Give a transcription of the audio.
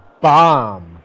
Bomb